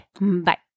Bye